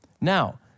Now